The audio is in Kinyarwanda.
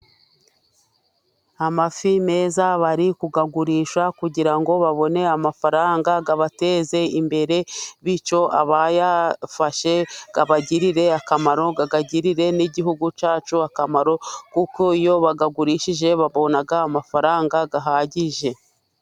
Amafi meza bari kuyagurisha, kugira ngo babone amafaranga abateze imbere, bityo abayafashe abagirire akamaro, ayagirire n'igihugu cyacu akamaro, kuko iyo bayagurishije babona amafaranga ahagije.